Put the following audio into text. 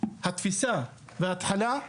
התפיסה וההתחלה,